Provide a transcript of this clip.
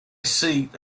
seat